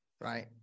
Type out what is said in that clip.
right